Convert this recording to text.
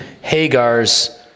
Hagar's